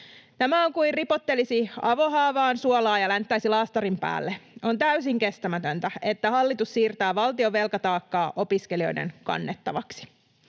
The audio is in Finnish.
Tämä on kuin ripottelisi avohaavaan suolaa ja länttäisi laastarin päälle. On täysin kestämätöntä, että hallitus siirtää valtion velkataakkaa opiskelijoiden kannettavaksi.